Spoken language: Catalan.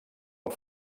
amb